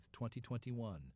2021